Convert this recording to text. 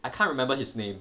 I can't remember his name